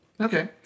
Okay